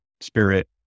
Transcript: spirit